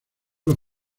los